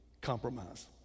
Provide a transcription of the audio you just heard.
compromise